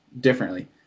differently